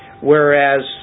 Whereas